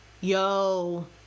yo